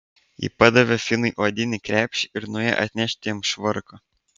ji padavė finui odinį krepšį ir nuėjo atnešti jam švarko